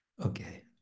Okay